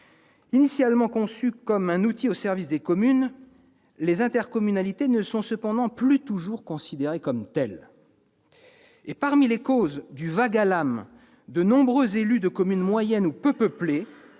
Initialement conçue comme un outil au service des communes, l'intercommunalité n'est cependant plus toujours considérée comme telle. Parmi les causes du vague à l'âme de nombreux élus de communes moyennes ou peu peuplées,